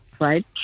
Right